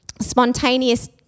spontaneous